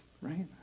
right